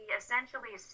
essentially